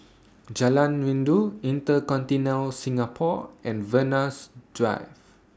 Jalan Rindu InterContinental Singapore and Venus Drive